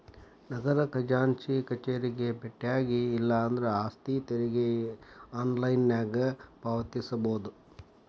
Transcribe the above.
ನಗರ ಖಜಾಂಚಿ ಕಚೇರಿಗೆ ಬೆಟ್ಟ್ಯಾಗಿ ಇಲ್ಲಾಂದ್ರ ಆಸ್ತಿ ತೆರಿಗೆ ಆನ್ಲೈನ್ನ್ಯಾಗ ಪಾವತಿಸಬೋದ